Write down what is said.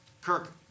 Kirk